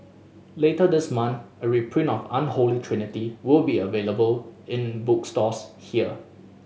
later this month a reprint of Unholy Trinity will be available in bookstores here